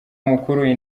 mukuru